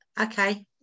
okay